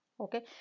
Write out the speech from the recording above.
Okay